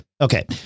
Okay